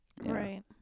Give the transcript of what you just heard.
Right